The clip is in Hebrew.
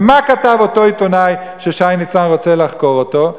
ומה כתב אותו עיתונאי ששי ניצן רוצה לחקור אותו?